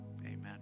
Amen